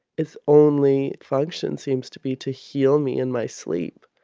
its only function seems to be to heal me in my sleep.